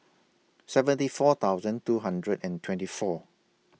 seventy four thousand two hundred and twenty four